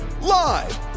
Live